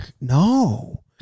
no